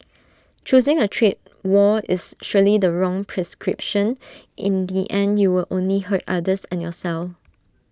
choosing A trade war is surely the wrong prescription in the end you will only hurt others and yourself